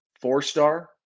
Four-star